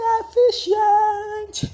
efficient